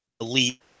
elite